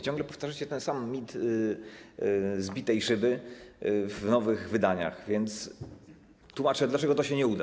Ciągle powtarzacie ten sam mit zbitej szyby w nowych wydaniach, więc tłumaczę, dlaczego to się nie uda.